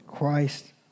Christ